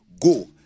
go